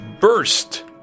burst